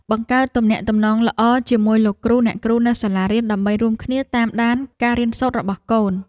បង្កើតទំនាក់ទំនងល្អជាមួយលោកគ្រូអ្នកគ្រូនៅសាលារៀនដើម្បីរួមគ្នាតាមដានការរៀនសូត្ររបស់កូន។